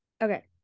okay